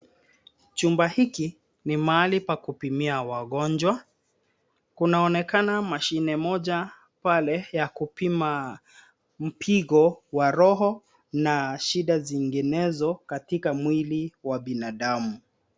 Chumba hiki ni mahali pa kupimia wagonjwa. Kunaonekana mashine mmoja pale ya kupima mpigo ya roho na shida zenginezo katika mwili wa binadamu.